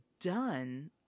done